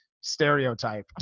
stereotype